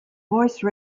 voice